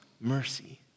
mercy